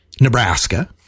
Nebraska